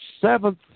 seventh